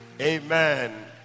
Amen